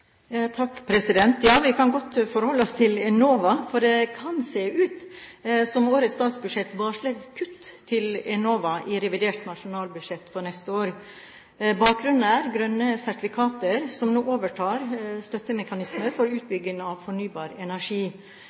Vi kan godt forholde oss til Enova, for det kan se ut som at årets statsbudsjett varsler kutt til Enova i revidert nasjonalbudsjett for neste år. Bakgrunnen er grønne sertifikater, som nå overtar støttemekanismene for utbygging av fornybar energi.